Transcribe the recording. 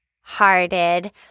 hearted